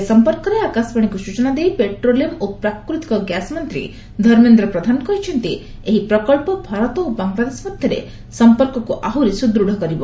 ଏ ସମ୍ପର୍କରେ ଆକାଶବାଣୀକୁ ସୂଚନା ଦେଇ ପେଟ୍ରୋଲିୟମ ଓ ପ୍ରାକୃତିକ ଗ୍ୟାସ୍ମନ୍ତ୍ରୀ ଧର୍ମେନ୍ଦ୍ର ପ୍ରଧାନ କହିଛନ୍ତି ଏହି ପ୍ରକଳ୍ପ ଭାରତ ଓ ବଂଳାଦେଶ ମଧ୍ୟରେ ସମ୍ପର୍କକୁ ଆହୁରି ସୁଦୃଢ଼ କରିବ